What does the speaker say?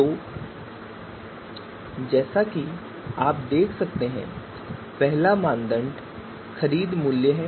तो जैसा कि आप देख सकते हैं पहला मानदंड खरीद मूल्य है